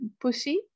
pussy